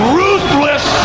ruthless